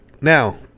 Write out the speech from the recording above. Now